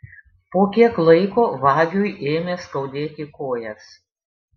po kiek laiko vagiui ėmė skaudėti kojas